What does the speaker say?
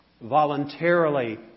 voluntarily